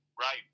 Right